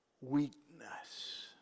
Weakness